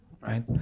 right